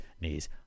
Knees